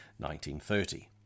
1930